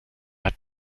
hat